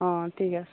অঁ ঠিক আছে